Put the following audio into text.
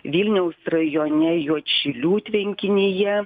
vilniaus rajone juodšilių tvenkinyje